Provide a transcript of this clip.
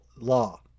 law